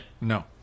No